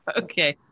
okay